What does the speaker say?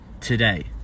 today